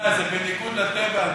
זה בניגוד לטבע,